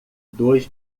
dois